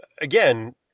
again